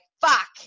fuck